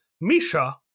Misha